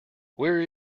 where